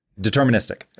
Deterministic